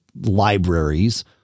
libraries